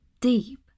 Deep